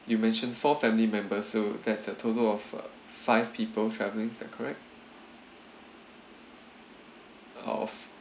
you mentioned four family members so that's a total of uh five people traveling is that correct